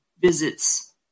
visits